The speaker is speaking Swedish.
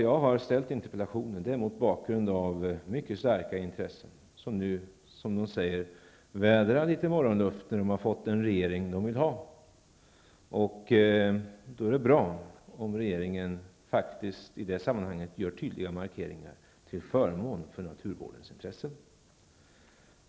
Jag har ställt interpellationen mot bakgrund av att mycket starka intressen nu, som de säger, vädrar morgonluft när de har fått den regering de vill ha. Då är det bra om regeringen i det här sammanhanget gör tydliga markeringar till förmån för naturvårdens intressen.